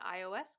iOS